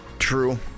True